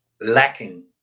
lacking